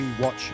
watch